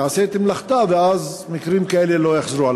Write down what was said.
תעשה את מלאכתה, ואז מקרים כאלה לא יחזרו.